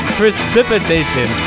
precipitation